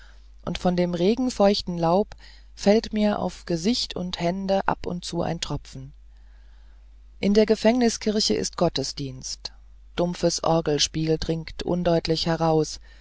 und von dem regenfeuchten laub fällt mir auf gesicht und hände ab und zu ein tropfen in der gefängniskirche ist gottesdienst dumpfes orgelspiel dringt undeutlich heraus